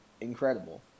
incredible